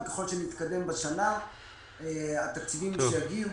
ככל שנתקדם בשנה התקציבים שיגיעו,